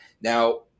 Now